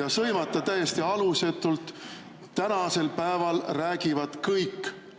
ja sõimata täiesti alusetult? (Hääl saalist.) Tänasel päeval räägivad kõik